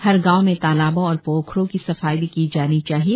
हर गांव में तालाबों और पोखरों की सफाई भी की जानी चाहिए